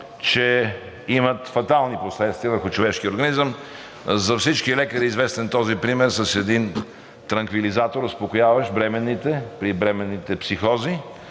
че имат фатални последствия върху човешкия организъм. За всички лекари е известен този пример с един транквилизатор, успокояващ бременните, при бременните психози,